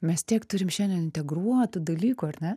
mes tiek turim šiandien integruotų dalykų ar ne